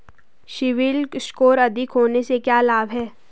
CIBIL score अधिक होने से क्या लाभ हैं?